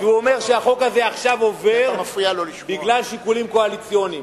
הוא אומר שהחוק הזה עובר עכשיו בגלל שיקולים קואליציוניים.